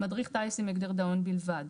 מדריך טיס עם הגדר דאון בלבד,